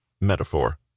metaphor